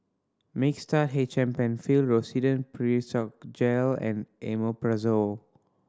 Mixtard H M Penfill Rosiden Piroxicam Gel and Omeprazole